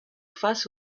face